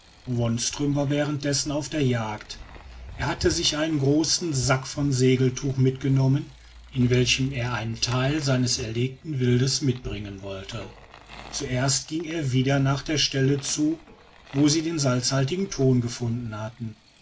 wonström war währenddessen auf der jagd er hatte sich einen großen sack von segeltuch mitgenommen in welchem er einen teil seines erlegten wildes mitbringen wollte zuerst ging er wieder nach der stelle zu wo sie den salzhaltigen thon gefunden hatten